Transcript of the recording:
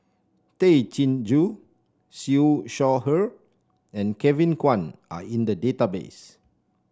Tay Chin Joo Siew Shaw Her and Kevin Kwan are in the database